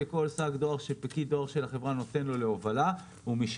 כל שק דואר שפקיד דואר של החברה נותן לו להובלה ומשקיבלו,